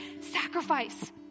sacrifice